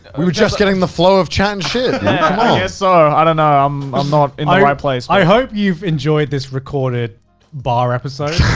we were just getting the flow of chatting shit. i guess so. i dunno. um i'm not in the right place. i hope you've enjoyed this recorded bar episode.